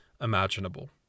imaginable